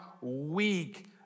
weak